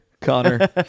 Connor